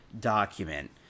document